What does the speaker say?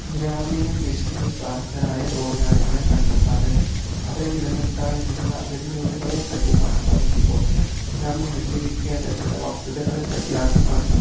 ഗ്രാമീണ കൃഷിയിൽ പ്രാപ്തരായ തൊഴിലാളികളെ കണ്ടെത്താനും അവരെ നിലനിർത്താനുമുള്ള വെല്ലുവിളികളെപ്പറ്റി സംസാരിക്കുമ്പോൾ നാം അറിഞ്ഞിരിക്കേണ്ട ചില വസ്തുതകളെപ്പറ്റി ആദ്യം പറയാം